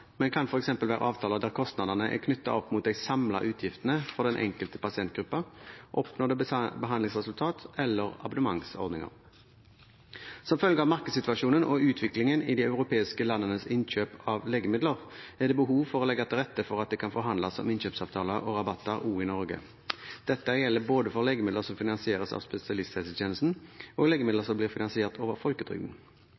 men kan f.eks. være avtaler der kostnadene er knyttet opp mot de samlede utgiftene for den enkelte pasientgruppen, oppnådde behandlingsresultat eller abonnementsordninger. Som følge av markedssituasjonen og utviklingen i de europeiske landenes innkjøp av legemidler er det behov for å legge til rette for at det kan forhandles om innkjøpsavtaler og rabatter også i Norge. Dette gjelder både for legemidler som finansieres av spesialisthelsetjenesten, og legemidler